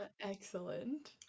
Excellent